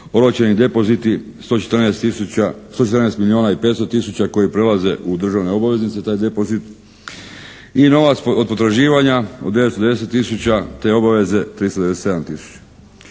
oročeni depoziti 114 tisuća, 114 milijuna i 500 tisuća koji prelaze u državne obaveznice taj depozit i novac od potraživanja od 910 tisuća te obaveze 397 tisuća.